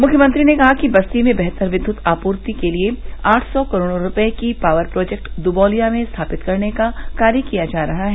मुख्यमंत्री ने कहा कि बस्ती में बेहतर विद्यत आपूर्ति क लिए आठ सौ करोड़ रूपये की पॉवर प्रोजेक्ट द्बौलिया में स्थापित करने का कार्य किया जा रहा है